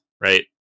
right